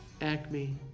Acme